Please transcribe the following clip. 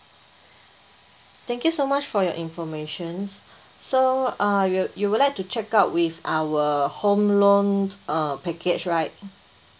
thank you so much for your information so uh you'd you would like to check out with our home loan uh package right